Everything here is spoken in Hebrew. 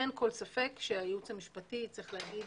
אין כל ספק שהייעוץ המשפטי צריך להגיד